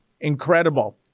Incredible